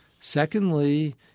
Secondly